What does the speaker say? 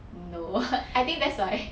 no I think that's why